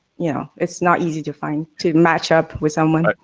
yeah it's not easy to find, to match up with someone.